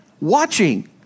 watching